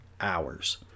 hours